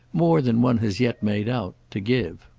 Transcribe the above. more than one has yet made out to give.